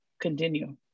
continue